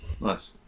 Nice